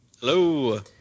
Hello